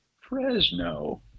Fresno